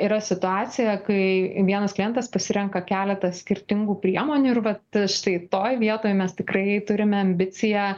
yra situacija kai vienas klientas pasirenka keletą skirtingų priemonių ir vat štai toj vietoj mes tikrai turime ambiciją